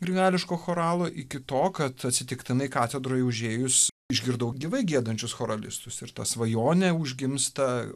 grigališko choralo iki to kad atsitiktinai katedroj užėjus išgirdau gyvai giedančius choralistus ir ta svajonė užgimsta